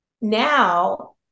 now